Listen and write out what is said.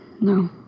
No